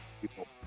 people